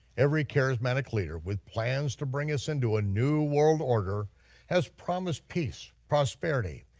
every charismatic leader with plans to bring us into a new world order has promised peace, prosperity,